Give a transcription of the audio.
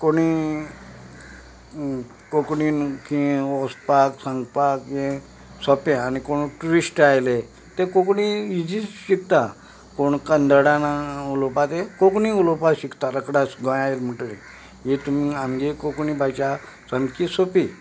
कोणी कोंकणीन की वचपाक सांगपाक सोंपें आनी कोण टुरीस्ट आयले ते कोंकणी इज्जी शिकता कोण कन्नडान उलोवपा आस ते कोंकणी उलोवपा शिकतात रोखडे गोंयांत येयले म्हणटकीर हेतून ये आमगे कोंकणी भाशा सामकी सोंपी